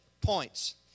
points